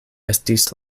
estis